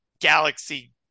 galaxy